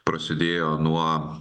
prasidėjo nuo